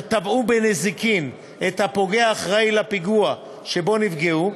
תבעו בנזיקין את הפוגע האחראי לפיגוע שבו נפגעו,